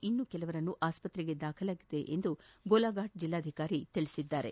ಇನ್ನೂ ಕೆಲವರನ್ನು ಆಸ್ತ್ರೆಗೆ ದಾಖಲಿಸಲಾಗಿದೆ ಎಂದು ಗೋಲಾಘಾಟ್ ಜಿಲ್ಲಾಧಿಕಾರಿ ತಿಳಿಸಿದ್ದಾರೆ